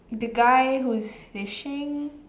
the guy who is fishing